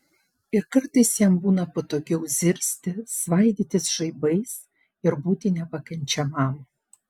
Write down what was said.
ir kartais jam būna patogiau zirzti svaidytis žaibais ir būti nepakenčiamam